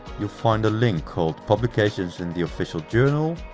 you'll find a link called publications in the official journal,